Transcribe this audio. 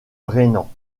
rhénan